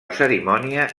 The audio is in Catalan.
cerimònia